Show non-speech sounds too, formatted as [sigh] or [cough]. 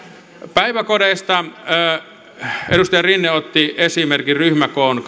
päiväkodeista edustaja rinne otti esimerkin ryhmäkoon [unintelligible]